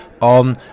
on